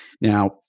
Now